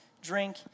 drink